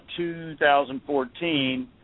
2014